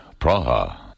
Praha